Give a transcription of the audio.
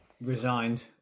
resigned